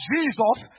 Jesus